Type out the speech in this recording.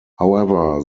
however